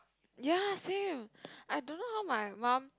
ya same I don't know how my mum